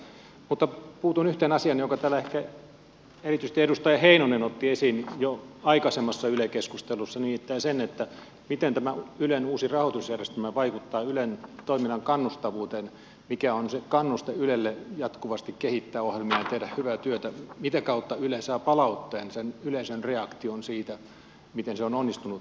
mutta puutun yhteen asiaan jonka täällä ehkä erityisesti edustaja heinonen otti esiin jo aikaisemmassa yle keskustelussa nimittäin siihen miten tämä ylen uusi rahoitusjärjestelmä vaikuttaa ylen toiminnan kannustavuuteen mikä on se kannuste ylelle jatkuvasti kehittää ohjelmia ja tehdä hyvää työtä mitä kautta yle saa palautteen sen yleisön reaktion siitä miten se on onnistunut toiminnassaan